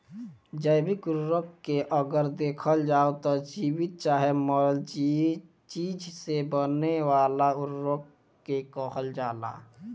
जैविक उर्वरक के अगर देखल जाव त जीवित चाहे मरल चीज से बने वाला उर्वरक के कहल जाला